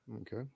Okay